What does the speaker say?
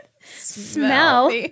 smell